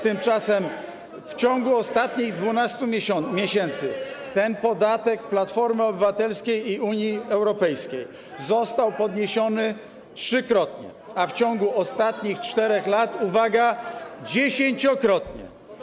Tymczasem w ciągu ostatnich 12 miesięcy ten podatek Platformy Obywatelskiej i Unii Europejskiej został podniesiony trzykrotnie, a w ciągu ostatnich 4 lat, uwaga - dziesięciokrotnie.